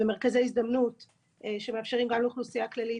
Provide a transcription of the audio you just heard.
ומרכזי הזדמנות שמאפשרים גם לאוכלוסייה כללית,